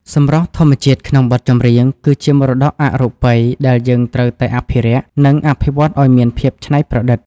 សម្រស់ធម្មជាតិក្នុងបទចម្រៀង គឺជាមរតកអរូបីដែលយើងត្រូវតែអភិរក្ស និងអភិវឌ្ឍឱ្យមានភាពច្នៃប្រឌិត។